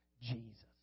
Jesus